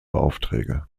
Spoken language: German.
aufträge